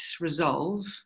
resolve